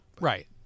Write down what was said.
right